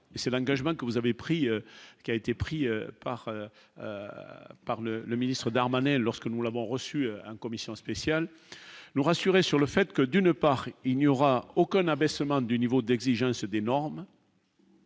vous avez pris qui a été pris par par le le ministre Darmanin lorsque nous l'avons reçu à une commission spéciale le rassurer sur le fait que d'une part, et il n'y aura aucun abaissement du niveau d'exigence d'énormes.